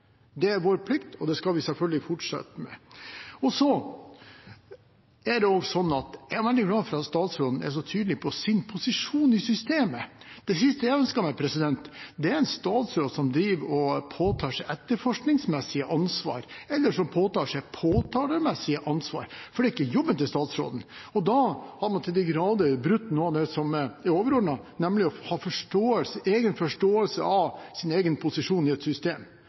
Det er vår plikt, og det skal vi selvfølgelig fortsette med. Jeg er veldig glad for at statsråden er så tydelig på sin posisjon i systemet. Det siste jeg ønsker meg, er en statsråd som påtar seg etterforskningsmessig ansvar, eller som påtar seg påtalemessig ansvar, for det er ikke jobben til statsråden. Da har man til de grader brutt noe av det som er overordnet, nemlig å ha egen forståelse av sin egen posisjon i et system.